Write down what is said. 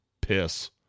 piss